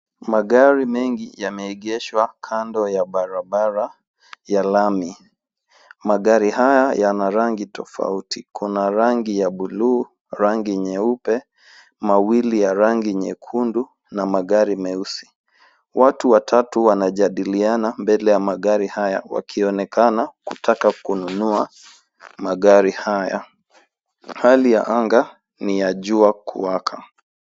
Magari mengi yameegeshwa kando ya barabara ya lami. Magari haya yana rangi tofauti. Kuna rangi ya buluu, rangi nyeupe, mawili ya rangi nyekundu na magari meusi. Watu watatu wanajadiliana mbele ya magari haya wakionekana kutaka kununua magari haya. Hali ya anga ni ya jua kuwaka.